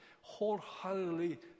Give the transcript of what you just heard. wholeheartedly